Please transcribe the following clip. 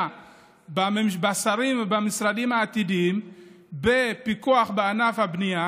בשרים ובמשרדים העתידיים לפיקוח בענף הבנייה,